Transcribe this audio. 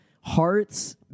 hearts